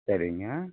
சரிங்க